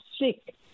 sick